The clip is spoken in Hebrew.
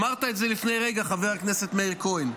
אמרת את זה לפני רגע, חבר הכנסת מאיר כהן,